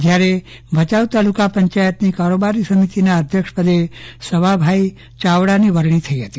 જયારે ભચાઉ તાલુકા પંચાયતની કારોબારી સમીતીના અઘ્યક્ષ પદે સવાભાઈ ચાવડાની વરણ થઈ હતી